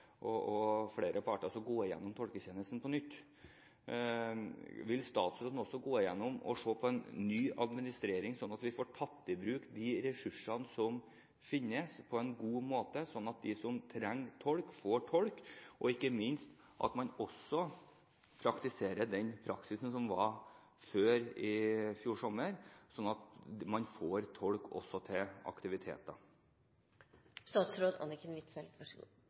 og flere parter og gå gjennom tolketjenesten på nytt. Vil statsråden også gå gjennom og se på en ny administrering, slik at vi får tatt i bruk de ressursene som finnes på en god måte, slik at de som trenger tolk, får tolk, og ikke minst at man også bruker den praksisen som var gjeldende før fjorårets sommer, slik at man får tolker også til